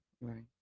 Right